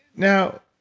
now,